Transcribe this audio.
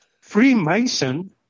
Freemason